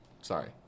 sorry